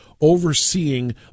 overseeing